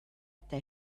eta